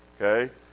okay